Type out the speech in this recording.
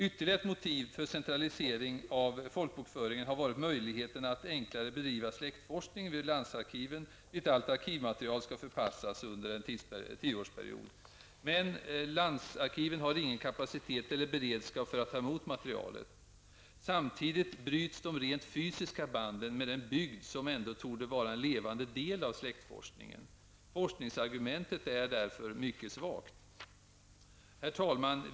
Ytterligare ett motiv för centralisering av folkbokföringen har varit möjligheten att enklare bedriva släktforskning vid landsarkiven, dit allt arkivmaterial skall förpassas under en tioårsperiod. Men landsarkiven har ingen kapacitet eller beredskap för att ta emot materialet. Samtidigt bryts de rent fysiska banden med den bygd som ändå torde vara en levande del av släktforskningen. Forskningsargumentet är därför mycket svagt. Herr talman!